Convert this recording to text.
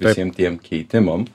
visiem tiem keitimams